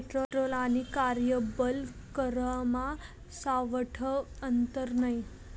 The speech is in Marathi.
पेट्रोल आणि कार्यबल करमा सावठं आंतर नै